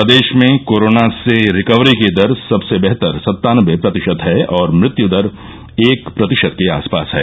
प्रदेश में कोरोना से रिकवरी की दर सबसे बेहतर सत्तानबे प्रतिशत है और मृत्यू दर एक प्रतिशत के आसपास है